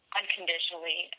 unconditionally